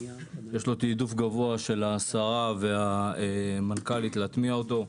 יש לו תיעדוף גבוה של השרה והמנכ"לית להטמיע אותו.